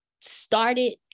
started